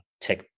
tech